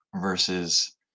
versus